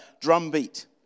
drumbeat